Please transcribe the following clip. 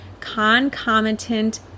concomitant